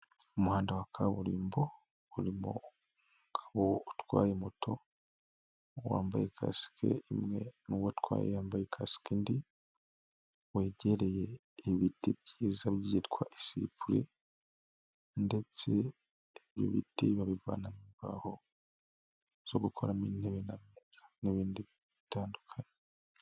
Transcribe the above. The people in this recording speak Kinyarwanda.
Umuhanda wa kaburimbo urimo umugabo utwaye moto wambaye kasike imwe n'uwo atwaye yambaye kasike indi, wegereye ibiti byiza byitwa isipuri ndetse ibiti babivanamo imbaho zo kuramo intebe n'ameza n'ibindi bitandukanye.